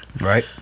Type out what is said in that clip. right